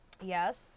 Yes